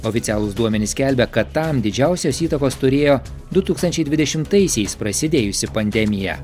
oficialūs duomenys skelbia kad tam didžiausios įtakos turėjo du tūkstančiai dvidešimtaisiais prasidėjusi pandemija